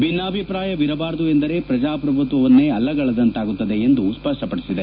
ಭಿನ್ನಭಿಪ್ರಾಯವಿರಬಾರದು ಎಂದರೆ ಪ್ರಜಾಪ್ರಭುತ್ವವನ್ನೇ ಅಲ್ಲಗೆಳೆದಂತಾಗುತ್ತದೆ ಎಂದು ಸ್ಪಪ್ಪಪಡಿಸಿದೆ